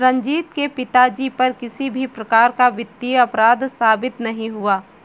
रंजीत के पिताजी पर किसी भी प्रकार का वित्तीय अपराध साबित नहीं हुआ